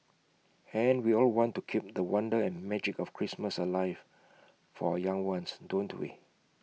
and we all want to keep the wonder and magic of Christmas alive for our young ones don't we